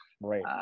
Right